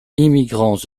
immigrants